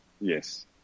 Yes